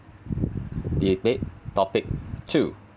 debate topic two